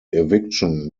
eviction